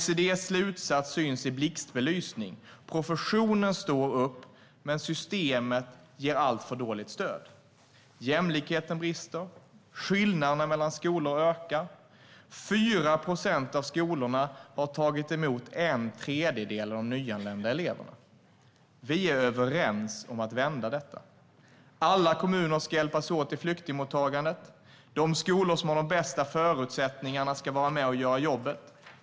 OECD:s slutsats syns i blixtbelysning: Professionen står upp, men systemet ger alltför dåligt stöd. Jämlikheten brister, skillnaderna mellan skolor ökar, 4 procent av skolorna har tagit emot en tredjedel av de nyanlända eleverna. Vi är överens om att vända detta. Alla kommuner ska hjälpas åt i flyktingmottagandet. De skolor som har de bästa förutsättningarna ska vara med och göra jobbet.